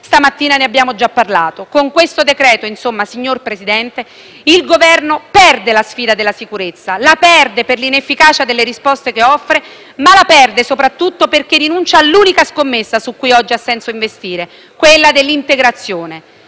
dibattito, come abbiamo detto stamattina. Con questo provvedimento insomma, signor Presidente, il Governo perde la sfida della sicurezza, la perde per l'inefficacia delle risposte che offre, ma la perde soprattutto perché rinuncia all'unica scommessa su cui oggi ha senso investire, quella dell'integrazione.